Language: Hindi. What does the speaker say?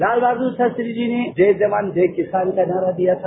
लाल बहादुर शास्त्री जी ने जय जवान जय किसान का नारा दिया था